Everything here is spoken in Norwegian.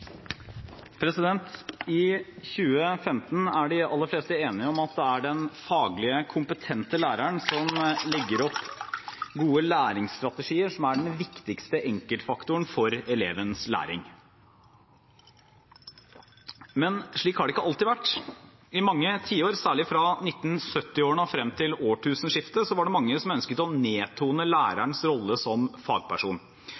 er den faglig kompetente læreren som legger opp gode læringsstrategier som er den viktigste enkeltfaktoren for elevens læring. Men slik har det ikke alltid vært. I mange tiår, særlig fra 1970-årene og frem til årtusenskiftet, var det mange som ønsket å nedtone lærerens rolle som fagperson.